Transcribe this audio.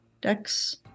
dex